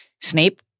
Snape